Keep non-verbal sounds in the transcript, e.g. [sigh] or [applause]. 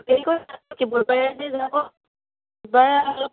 [unintelligible]